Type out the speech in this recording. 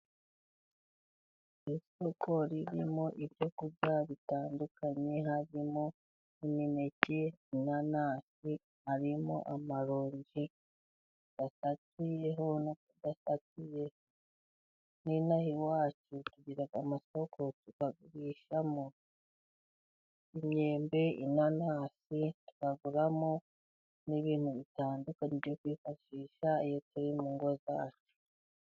Isoko ririmo ibyo kurya bitandukanye，harimo imineke，inanasi， harimo amaronji， asatuyeho n’adasatuyeho. n'inaha iwacu tugira amasoko tugurishamo imyembe，inanasi， tukaguramo n'ibintu bitandukanye， byo kwifashisha， iyo turi mu ngo zacu.